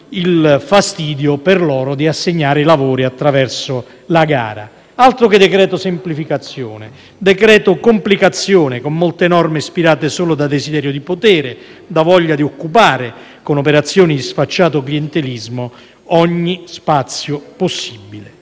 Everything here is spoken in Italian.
il fastidio per loro di assegnare i lavori attraverso la gara). Altro che decreto semplificazioni: decreto complicazione, con molte norme ispirate solo da desiderio di potere, da voglia di occupare, con operazioni di sfacciato clientelismo, ogni spazio possibile.